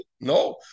No